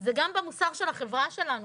זה גם במוסר של החברה שלנו,